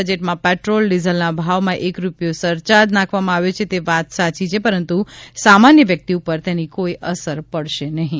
બજેટમાં પેટ્રોલ ડીઝલના ભાવમાં એક રૂપિયો સરચાર્જ નાખવામાં આવ્યો છે તે વાત સાચી છે પરંતુ સામાન્ય વ્યક્તિ ઉપર તેની કોઈ અસર પડશે નહીં